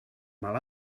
mal